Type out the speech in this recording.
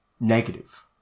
negative